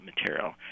material